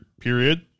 period